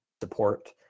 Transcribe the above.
support